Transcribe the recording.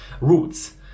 Roots